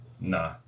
Nah